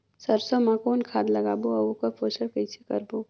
सरसो मा कौन खाद लगाबो अउ ओकर पोषण कइसे करबो?